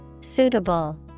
Suitable